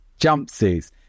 jumpsuits